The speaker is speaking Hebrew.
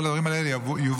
כל הדברים האלה יובאו,